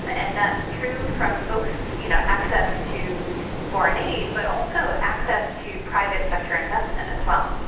and that's true from both you know access to foreign aid but also access to private sector investment as well.